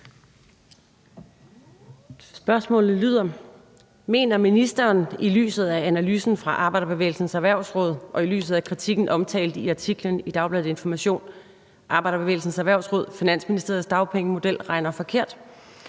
Spørgsmålet lyder: Mener ministeren i lyset af analysen fra Arbejderbevægelsens Erhvervsråd og i lyset af kritikken omtalt i artiklen »Arbejderbevægelsens Erhvervsråd: Finansministeriets dagpengemodel regner forkert«